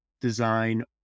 design